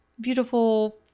beautiful